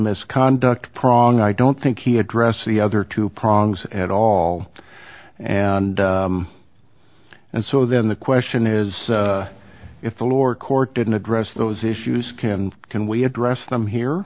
misconduct prong i don't think he addressed the other two prongs at all and and so then the question is if the lord court didn't address those issues can can we address them here